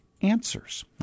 answers